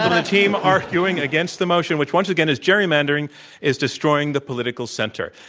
um the team arguing against the motion, which, once again is, gerrymandering is destroying the political center.